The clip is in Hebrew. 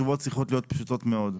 התשובות צריכות להיות פשוטות מאוד.